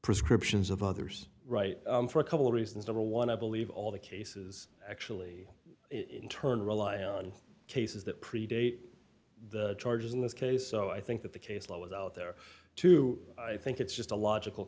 prescriptions of others right for a couple of reasons or one i believe all the cases actually turn rely on cases that predate the charges in this case so i think that the case law is out there too i think it's just a logical